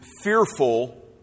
fearful